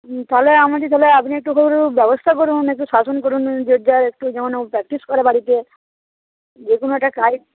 তাহলে তাহলে আপনি ওর একটু ব্যবস্থা করুন একটু শাসন করুন জোরজার একটু যেমন ও প্র্যাক্টিস করে বাড়িতে যে কোনো একটা কাজে